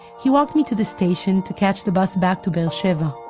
he walked me to the station to catch the bus back to be'er sheva.